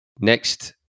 next